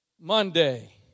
Monday